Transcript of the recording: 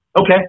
Okay